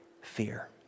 fear